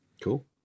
cool